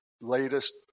latest